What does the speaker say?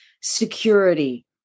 security